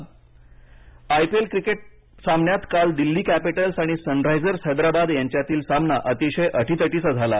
IPL I P L cricket सामन्यात काल Delhi Capitals आणि सनरायझर्स हैद्राबाद यांच्यातील सामना अतिशय अतितटीचा झाला